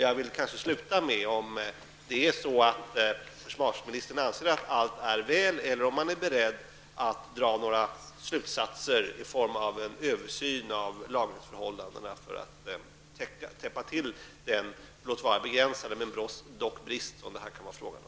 Jag vill sluta med att fråga om försvarsministern anser att allt är väl eller om han är beredd att dra några slutsatser beträffande en översyn av lagringsförhållandena för att täppa till den brist, låt vara begränsad, som det här kan vara fråga om.